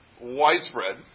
widespread